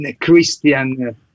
Christian